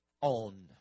on